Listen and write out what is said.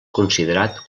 considerat